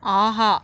ஆஹா